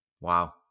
Wow